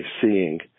seeing